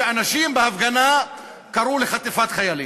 כי אנשים בהפגנה קראו לחטיפת חיילים.